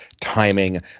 timing